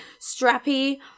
strappy